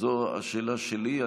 אז זו השאלה שלי.